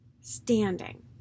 standing